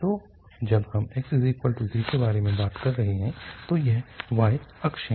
तो जब हम x 0 के बारे में बात कर रहे हैं तो यह y अक्ष है